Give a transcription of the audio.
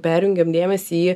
perjungiam dėmesį į